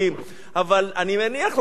אבל אני מניח לצד הזה,